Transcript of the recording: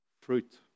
fruit